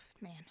Man